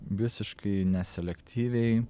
visiškai neselektyviai